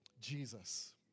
Jesus